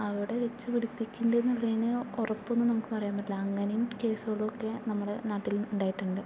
അവിടെ വെച്ച് പിടിപ്പിക്കുന്നുണ്ട് എന്നുള്ളതിന് ഉറപ്പൊന്നും നമുക്ക് പറയാൻ പറ്റില്ല അങ്ങനേയും കേസുകളൊക്കെ നമ്മളെ നാട്ടിൽ ഉണ്ടായിട്ടുണ്ട്